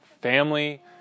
Family